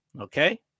Okay